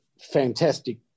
fantastic